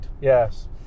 Yes